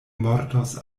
mortos